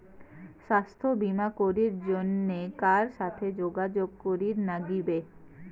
স্বাস্থ্য বিমা করির জন্যে কার সাথে যোগাযোগ করির নাগিবে?